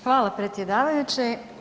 Hvala predsjedavajući.